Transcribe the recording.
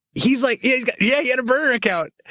he's like, yeah, he's got, yeah, he had a burner account.